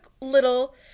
little